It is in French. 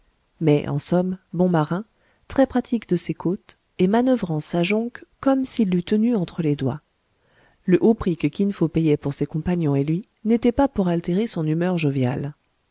mais en somme bon marin très pratique de ces côtes et manoeuvrant sa jonque comme s'il l'eût tenue entre les doigts le haut prix que kin fo payait pour ses compagnons et lui n'était pas pour altérer son humeur joviale